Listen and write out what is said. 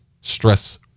stress